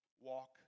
Walk